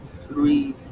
three